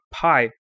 Pi